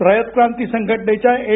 रयत क्रांती संघटनेच्या एन